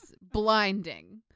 blinding